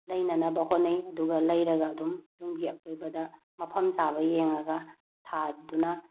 ꯂꯩꯅꯅꯕ ꯍꯣꯠꯅꯩ ꯑꯗꯨꯒ ꯂꯩꯔꯒ ꯑꯗꯨꯝ ꯌꯨꯝꯒꯤ ꯑꯀꯣꯏꯕꯗ ꯃꯐꯝ ꯆꯥꯕ ꯌꯦꯡꯉꯒ ꯊꯥꯗꯨꯅ